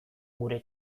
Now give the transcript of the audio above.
gure